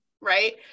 Right